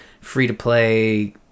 free-to-play